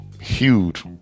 huge